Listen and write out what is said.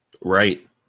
Right